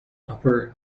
upper